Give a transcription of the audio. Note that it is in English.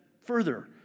further